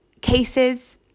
cases